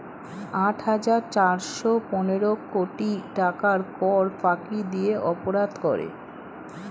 আট হাজার চারশ পনেরো কোটি টাকার কর ফাঁকি দিয়ে অপরাধ করে